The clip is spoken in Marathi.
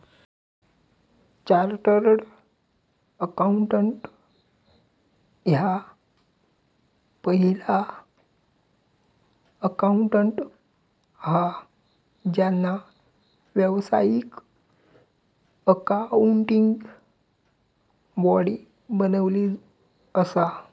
चार्टर्ड अकाउंटंट ह्या पहिला अकाउंटंट हा ज्यांना व्यावसायिक अकाउंटिंग बॉडी बनवली असा